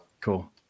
cool